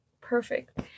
perfect